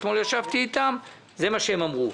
אתמול ישבתי איתם וזה מה שהם אמרו.